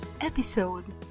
Episode